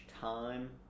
time